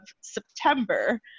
September